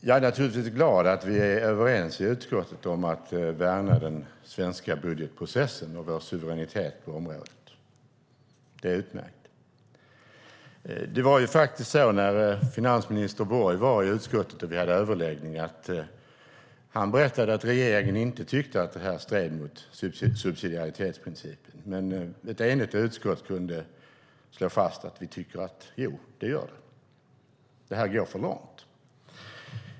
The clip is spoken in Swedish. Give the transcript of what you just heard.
Herr talman! Jag är glad att vi är överens i utskottet om att värna den svenska budgetprocessen och vår suveränitet på området; det är utmärkt. När finansminister Borg var i utskottet och vi hade överläggning berättade han att regeringen inte tyckte att detta stred mot subsidiaritetsprincipen, men ett enigt utskott slår fast att det gör det, att det går för långt.